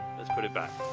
let's put it back.